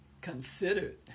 considered